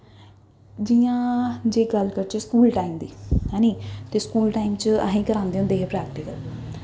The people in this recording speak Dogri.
जि'यां जे गल्ल करचै स्कूल टाइम दी ऐनी स्कूल टाइम च असें गी करांदे होंदे हे प्रैक्टीकल जे